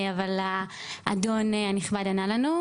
אבל האדון הנכבד ענה לנו.